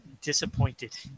disappointed